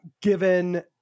given